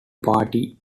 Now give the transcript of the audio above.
party